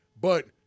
But-